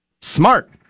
Smart